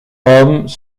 hommes